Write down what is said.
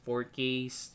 4Ks